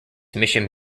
mission